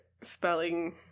spelling